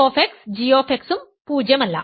f g ഉം 0 അല്ല